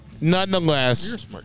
nonetheless